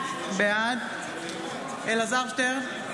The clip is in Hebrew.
בעד אלעזר שטרן,